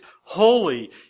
holy